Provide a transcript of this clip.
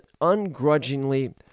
ungrudgingly